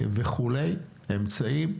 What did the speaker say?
אמצעים וכו'.